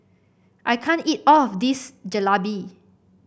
I can't eat all of this Jalebi